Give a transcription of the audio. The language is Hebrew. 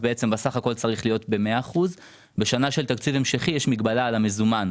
בשנה של תקציב המשכי יש מגבלה על המזומן,